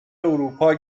اروپا